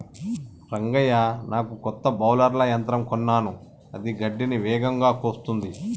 రంగయ్య నాకు కొత్త బౌలర్ల యంత్రం కొన్నాను అది గడ్డిని వేగంగా కోస్తుంది